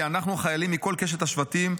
כי אנחנו חיילים מכל קשת השבטים,